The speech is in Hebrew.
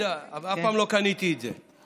לא יודע, אף פעם לא קניתי את זה.